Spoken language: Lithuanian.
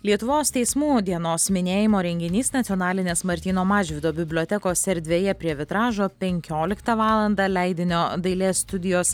lietuvos teismų dienos minėjimo renginys nacionalinės martyno mažvydo bibliotekos erdvėje prie vitražo penkioliktą valandą leidinio dailės studijos